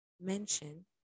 mention